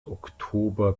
oktober